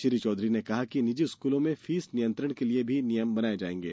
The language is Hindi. श्री चौधरी ने कहा कि निजी स्कूलों में फीस नियंत्रण के लिए भी नियम बनाए जाएंगे